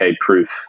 proof